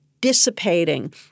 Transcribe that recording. dissipating